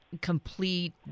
complete